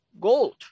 gold